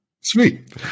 sweet